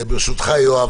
ברשותך יואב,